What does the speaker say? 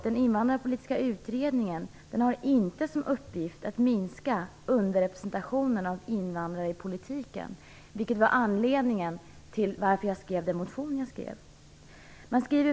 Den invandrarpolitiska utredningen har inte som uppgift att minska underrepresentationen av invandrare i politiken, vilket var anledningen till att jag skrev den motion som jag skrev.